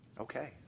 okay